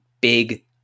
big